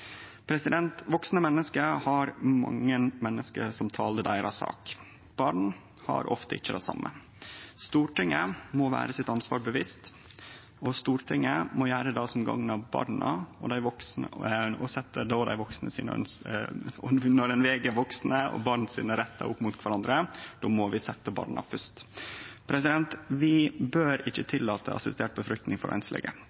Vaksne menneske har mange menneske som taler deira sak. Barn har ofte ikkje det same. Stortinget må vere seg sitt ansvar bevisst, og Stortinget må gjere det som gagnar barna. Når ein veg rettane til dei vaksne og rettane til barna opp imot kvarandre, må ein